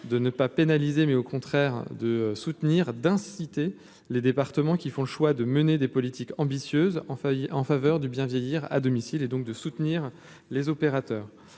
de ne pas pénaliser mais au contraire de soutenir, d'inciter les départements qui font le choix de mener des politiques ambitieuses enfin en faveur du bien vieillir à domicile et donc de soutenir les opérateurs